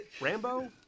Rambo